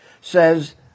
says